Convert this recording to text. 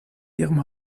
ihrem